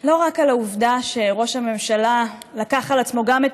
לא רק על העובדה שראש הממשלה לקח על עצמו גם את